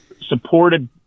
supported